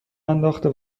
انداخته